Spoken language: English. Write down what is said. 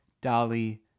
dolly